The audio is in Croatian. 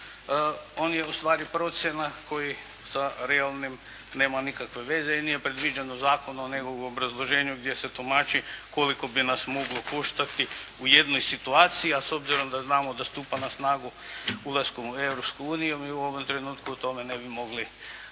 on je u stvari procjena koji sa realnim nema nikakve veze i nije predviđeno zakonom, nego u obrazloženju gdje se tumači koliko bi nas moglo koštati u jednoj situaciji, a s obzirom da znamo da stupa na snagu ulaskom u Europsku uniju, mi u ovome trenutku o tome ne bi mogli